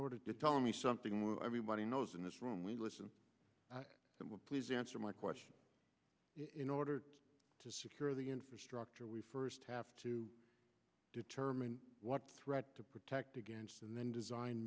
order to tell me something well everybody knows in this room we listen that will please answer my question in order to secure the infrastructure we first have to determine what threat to protect against and then design